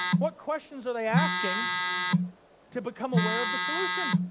what questions are they asking to become aware of the solution?